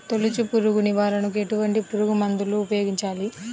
తొలుచు పురుగు నివారణకు ఎటువంటి పురుగుమందులు ఉపయోగించాలి?